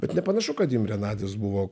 bet nepanašu kad imrė nadis buvo